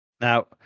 Now